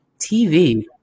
TV